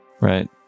right